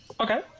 Okay